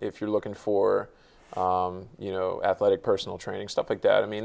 if you're looking for you know athletic personal training stuff like that i mean